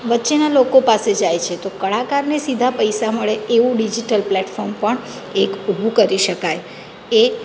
વચ્ચેના લોકો પાસે જાય છે તો કળાકારને સીધા પૈસા મળે એવું ડિઝિટલ પ્લેટફોર્મ પણ એક ઊભું કરી શકાય એ